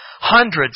Hundreds